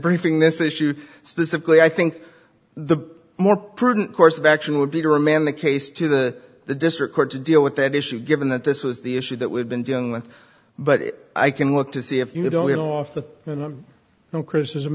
briefing this issue specifically i think the more prudent course of action would be to remand the case to the district court to deal with that issue given that this was the issue that we've been dealing with but i can look to see if you don't get off the no criticism